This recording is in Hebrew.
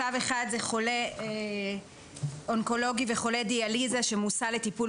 מצב אחד זה חולה אונקולוגי וחולה דיאליזה שמוסע לטיפול